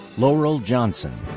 laurel johnson.